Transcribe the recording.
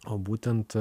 o būtent